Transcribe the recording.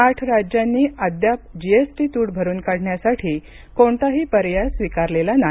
आठ राज्यांनी अद्याप जीएसटी तूट भरुन काढण्यासाठी कोणताही पर्याय स्वीकारलेला नाही